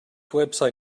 website